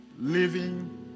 living